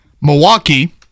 Milwaukee